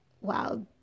wow